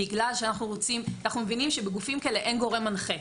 בגלל שאנחנו מבינים שבגופים כאלה אין גורם מנחה,